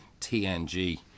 tng